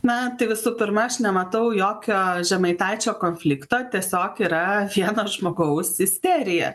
na visų pirma aš nematau jokio žemaitaičio konflikto tiesiog yra vieno žmogaus isterija